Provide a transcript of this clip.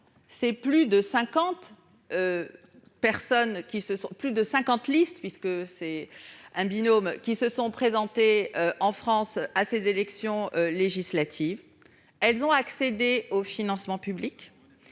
listes de ce parti se sont présentées, en France, à ces élections législatives. Elles ont accédé au financement public,